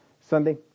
Sunday